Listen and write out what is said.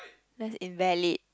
that's invalid